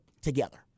together